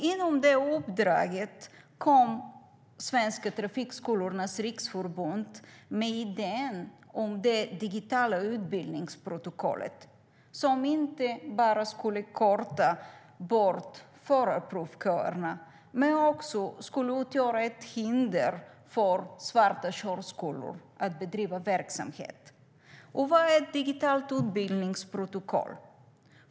Inom det uppdraget kom Sveriges Trafikskolors Riksförbund med idén om det digitala utbildningsprotokollet, som inte bara skulle korta förarprovsköerna utan även hindra svarta körskolor från att bedriva verksamhet. Vad är ett digitalt utbildningsprotokoll?